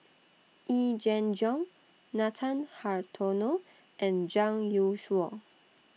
Yee Jenn Jong Nathan Hartono and Zhang Youshuo